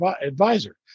advisor